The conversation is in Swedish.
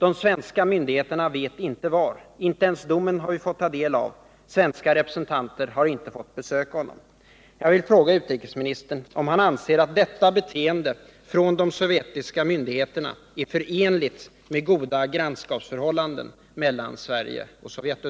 De svenska myndigheterna vet inte var, inte ens domen har vi fått ta del av, och svenska representanter har inte fått besöka honom. Jag vill fråga utrikesministern om han anser att detta beteende från de sovjetiska myndigheternas sida är förenligt med goda — Nr 47